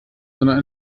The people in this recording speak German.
sondern